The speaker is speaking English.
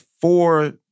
four